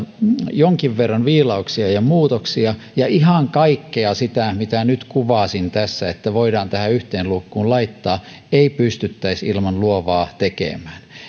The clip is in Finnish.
jonkin verran viilauksia ja muutoksia ja ihan kaikkea sitä mitä nyt kuvasin tässä että voidaan tähän yhteen luukkuun laittaa ei pystyttäisi ilman luovaa tekemään